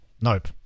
Nope